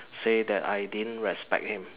say that I didn't respect him